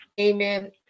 Amen